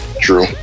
True